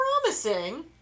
promising